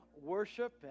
worship